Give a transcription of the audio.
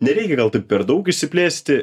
nereikia gal taip per daug išsiplėsti